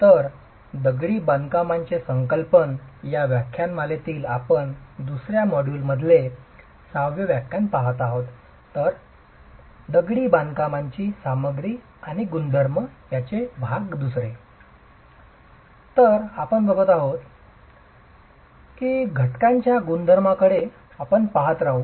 तर आम्ही घटकांच्या गुणधर्मांकडे पाहत राहू